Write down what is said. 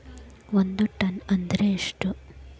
ಒಂದ್ ಟನ್ ಅಂದ್ರ ಎಷ್ಟ?